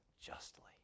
justly